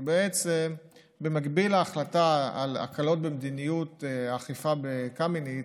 כי בעצם במקביל להחלטה על הקלות במדיניות האכיפה לפי קמיניץ,